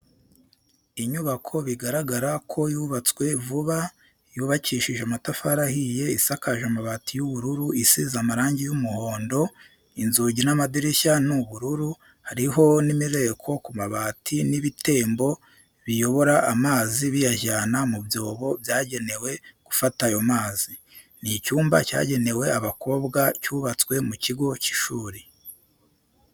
Inyubako bigaragara ko yubatswe vuba, yubakishije amatafari ahiye, isakaje amabati y'ubururu, isize amarangi y'umuhondo, inzugi n'amadirishya ni ubururu, hariho imireko ku mabati n'ibitembo biyobora amazi biyajyana mu byobo byagenewe gufata ayo mazi. Ni icyumba cyagenewe abakobwa cyubatswe mu kigo cy'ishuri.